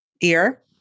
ear